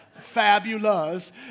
Fabulous